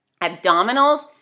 Abdominals